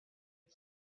you